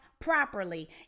properly